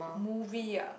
movie ah